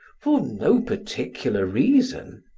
for no particular reason.